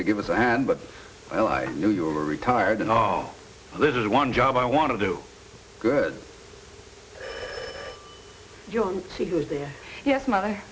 to give us a hand but well i knew you were retired and all this is one job i want to do good you'll see who's there yes my